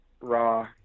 Raw